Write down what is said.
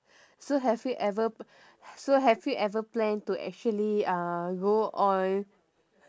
so have you ever so have you ever plan to actually uh go on